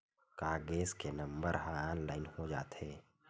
का गैस के नंबर ह ऑनलाइन हो जाथे?